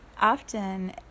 often